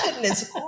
Goodness